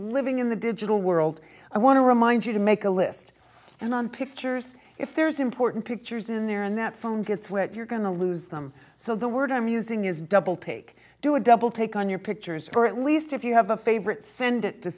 living in the digital world i want to remind you to make a list and on pictures if there's important pictures in there and that phone gets wet you're going to lose them so the word i'm using is double take do a double take on your pictures or at least if you have a favorite send it to